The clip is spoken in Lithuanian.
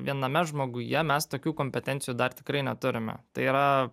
viename žmoguje mes tokių kompetencijų dar tikrai neturime tai yra